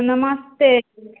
नमस्ते